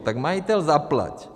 Tak majiteli, zaplať.